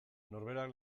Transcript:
norberak